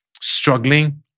struggling